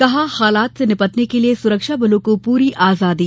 कहा हालात से निपटने के लिए सुरक्षा बलों को पूरी आजादी